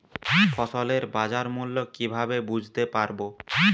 ফসলের বাজার মূল্য কিভাবে বুঝতে পারব?